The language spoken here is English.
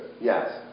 Yes